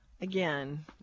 Again